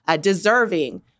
deserving